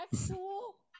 Actual